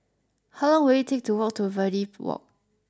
how long will it take to walk to Verde Walk